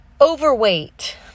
overweight